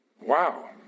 wow